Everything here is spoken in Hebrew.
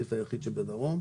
סניף רהט.